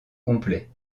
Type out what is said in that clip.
complet